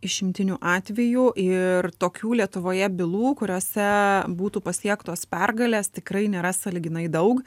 išimtiniu atveju ir tokių lietuvoje bylų kuriose būtų pasiektos pergalės tikrai nėra sąlyginai daug